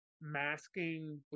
masking